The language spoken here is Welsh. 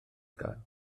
gael